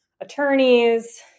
attorneys